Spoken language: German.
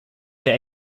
sehr